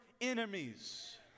enemies